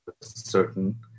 certain